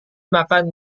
makan